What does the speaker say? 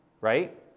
right